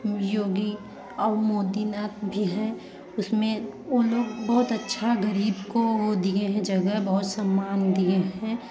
योगी और मोदी न भी हैं उसमें उन लोग बहुत अच्छा गरीब को वो दिए हैं जगह बहुत सम्मान दिए हैं